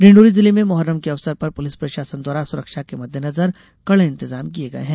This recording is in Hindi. डिंडोरी जिले में मोहर्रम के अवसर पर पुलिस प्रशासन द्वारा सुरक्षा के मददेनजर कड़े इंतजाम किये है